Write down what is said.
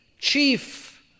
Chief